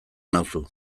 nauzu